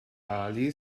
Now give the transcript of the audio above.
hourly